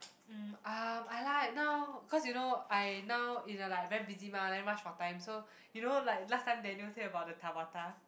mm uh I like now cause you know I now in a like very busy mah then rush for time so you know like last time Daniel say about the Tabata